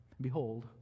Behold